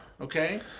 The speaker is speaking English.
Okay